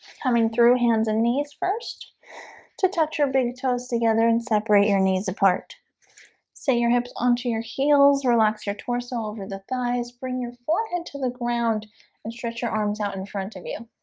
coming through hands and knees first to touch your big toes together and separate your knees apart say your hips onto your heels relax, your torso over the thighs bring your forehead to the ground and stretch your arms out in front of you